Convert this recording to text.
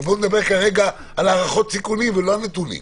ובואו נדבר כרגע על הערכות סיכונים ולא על נתונים,